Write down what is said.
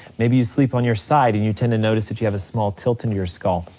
maybe you sleep on your side, and you tend to notice that you have a small tilt in your skull.